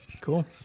Cool